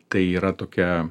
tai yra tokia